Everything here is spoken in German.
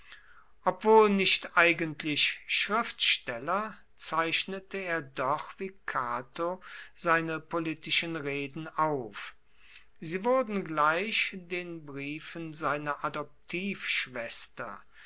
obwohl nicht eigentlich schriftsteller zeichnete er doch wie cato seine politischen reden auf sie wurden gleich den briefen seiner